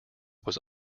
was